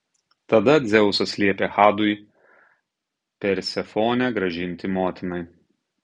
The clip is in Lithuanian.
tada dzeusas liepė hadui persefonę grąžinti motinai